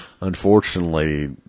unfortunately